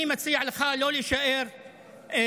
אני מציע לך לא להישאר מ"מ.